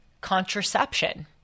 contraception